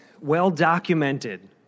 well-documented